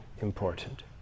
important